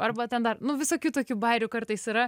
arba ten dar nu visokių tokių bairių kartais yra